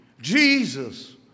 Jesus